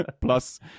plus